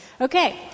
Okay